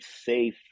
safe